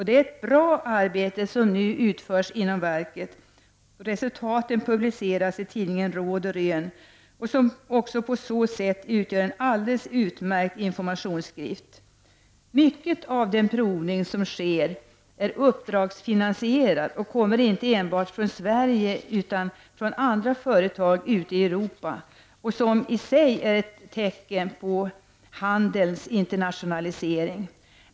Det är ett bra arbete som nu utförs inom verket. Resultaten publiceras i tidningen Råd och Rön, som på så sätt också utgör en alldeles utmärkt informationsskrift. Mycket av den provning som sker är upp dragsfinansierad och görs inte enbart i Sverige utan även av företag ute i Europa. Detta är i sig ett tecken på handelns internationalisering.